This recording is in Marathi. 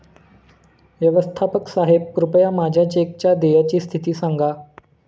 व्यवस्थापक साहेब कृपया माझ्या चेकच्या देयची स्थिती सांगा